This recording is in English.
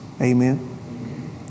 Amen